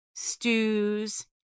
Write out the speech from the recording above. Stews